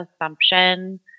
assumption